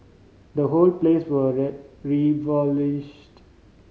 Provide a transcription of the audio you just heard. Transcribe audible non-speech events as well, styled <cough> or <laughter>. the whole place were <unintelligible>